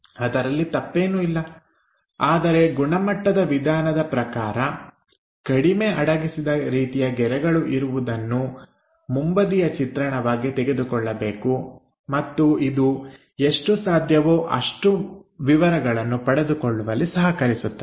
ಅದರಲ್ಲಿ ತಪ್ಪೇನೂ ಇಲ್ಲ ಆದರೆ ಗುಣಮಟ್ಟದ ವಿಧಾನದ ಪ್ರಕಾರ ಕಡಿಮೆ ಅಡಗಿಸಿದ ರೀತಿಯ ಗೆರೆಗಳು ಇರುವುದನ್ನು ಮುಂಬದಿಯ ಚಿತ್ರಣವಾಗಿ ತೆಗೆದುಕೊಳ್ಳಬೇಕು ಮತ್ತು ಇದು ಎಷ್ಟು ಸಾಧ್ಯವೋ ಅಷ್ಟು ವಿವರಗಳನ್ನು ಪಡೆದುಕೊಳ್ಳುವಲ್ಲಿ ಸಹಕರಿಸುತ್ತದೆ